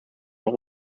noch